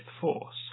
force